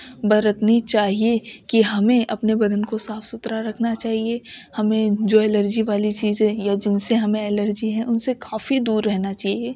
برتنی چاہیے کہ ہمیں اپنے بدن کو صاف ستھرا رکھنا چاہیے ہمیں جو الرجی والی چیزیں یا جن سے ہمیں الرجی ہے ان سے کافی دور رہنا چاہیے